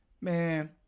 Man